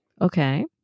Okay